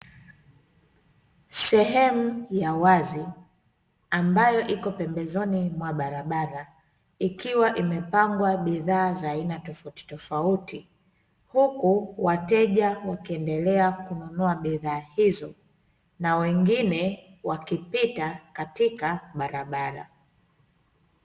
Sehemu ya wazi ambayo iko pembezoni mwa barabara, ikiwa imepangwa bidhaa za aina tofautitofauti, huku wateja wakiendelea kununua bidhaa hizo na wengine wakipita katika barabara.